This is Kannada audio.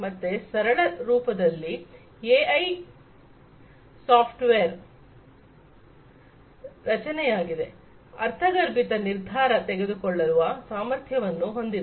ಮತ್ತೆ ಸರಳ ರೂಪದಲ್ಲಿ ಎಐ ಸಾಫ್ಟ್ವೇರ್ ರಚನೆಯಾಗಿದೆ ಅರ್ಥಗರ್ಭಿತ ನಿರ್ಧಾರ ತೆಗೆದುಕೊಳ್ಳುವ ಸಾಮರ್ಥ್ಯವನ್ನು ಹೊಂದಿದೆ